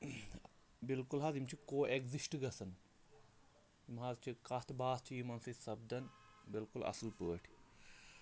بالکُل حظ یِم چھِ کو ایٚگزِسٹ گژھان یِم حظ چھِ کَتھ باتھ چھِ یِمن سۭتۍ سپدان بالکُل اَصٕل پٲٹھۍ